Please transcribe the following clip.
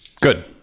Good